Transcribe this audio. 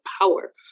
power